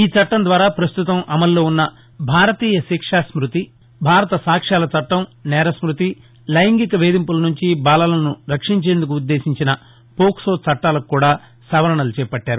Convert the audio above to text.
ఈ చట్టంద్వారా పస్తుతం అమలులో వున్న భారతీయ శిక్షా స్మతి భారత సాక్ష్యాల చట్లం నేరస్నుతి లైంగిక వేధింపుల నుంచి బాలలను రక్షించేందుకు ఉద్దేశించిన పోక్సో చట్లాలకు కూడా సవరణలు చేపట్టారు